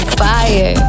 fire